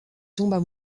tombent